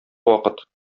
вакыт